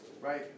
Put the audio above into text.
right